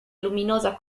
luminosa